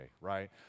right